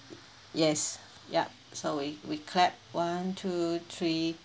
yes ya so we we clap one two three